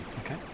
okay